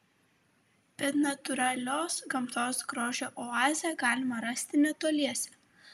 bet natūralios gamtos grožio oazę galima rasti netoliese